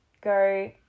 go